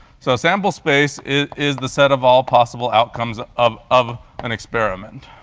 so a sample space is the set of all possible outcomes of of an experiment.